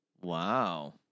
Wow